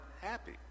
happy